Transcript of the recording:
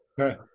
Okay